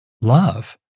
love